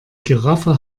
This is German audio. giraffe